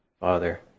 Father